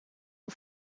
aux